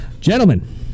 Gentlemen